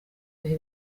bihe